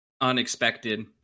unexpected